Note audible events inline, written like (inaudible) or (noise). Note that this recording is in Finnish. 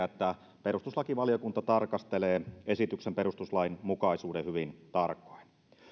(unintelligible) että perustuslakivaliokunta tarkastelee esityksen perustuslainmukaisuuden hyvin tarkoin